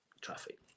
traffic